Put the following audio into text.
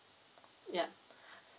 yup